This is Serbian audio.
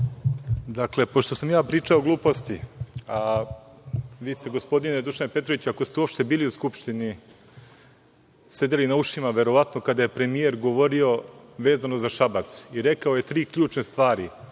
Dakle, pošto sam ja pričao gluposti, a vi ste gospodine Dušane Petroviću, ako ste uopšte bili u Skupštini, sedeli na ušima verovatno kada je premijer govorio vezano za Šabac i rekao tri ključne stvari: